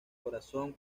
corazón